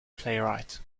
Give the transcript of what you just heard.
playwright